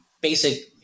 basic